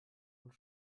wohl